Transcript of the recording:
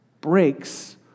breaks